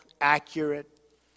accurate